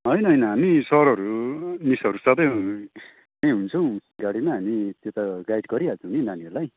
होइन होइन हामी सरहरू मिसहरू सबै त्यहीँ हुन्छौँ गाडीमा हामी त्यो त गाइड गरिहाल्छौँ नि नानीहरूलाई